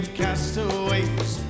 castaways